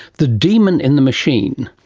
the demon in the machine.